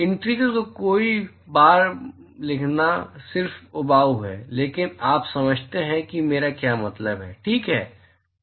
integrals को कई बार लिखना सिर्फ उबाऊ है लेकिन आप समझते हैं कि मेरा क्या मतलब है ठीक है